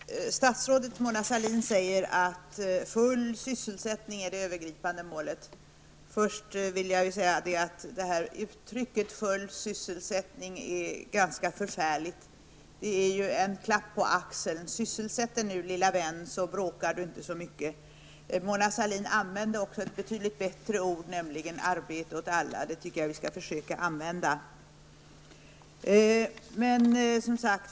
Herr talman! Statsrådet Mona Sahlin säger att full sysselsättning är det övergripande målet. Jag vill först säga att uttrycket full sysselsättning är ganska förfärligt. Det är en klapp på axeln: Sysselsätt dig nu lilla vän, så bråkar du inte så mycket. Mona Sahlin använde också ett betydligt bättre uttryck, nämligen arbete åt alla, och det tycker jag att vi skall försöka använda.